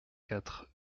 quatre